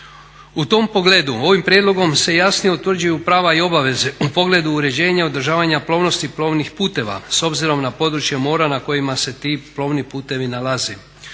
U tom pogledu ovim prijedlogom se jasnije utvrđuju prava i obaveze u pogledu uređenja i održavanja plovnosti plovnih puteva s obzirom na područje mora na kojima se ti plovni putevi nalaze.